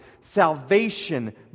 Salvation